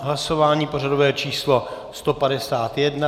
Hlasování pořadové číslo 151.